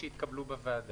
התש"ף-2020.